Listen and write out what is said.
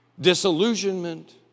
Disillusionment